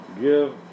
give